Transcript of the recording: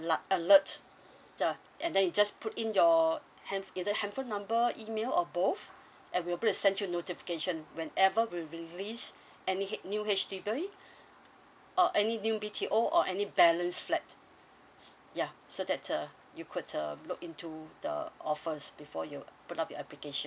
la~ alert ya and then you just put in your hand~ either handphone number email or both and we're going to send you a notification whenever we release any H new H_D_B or any new B_T_O or any balance flat s~ ya so that uh you could um look into the offers before you put up your application